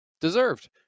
deserved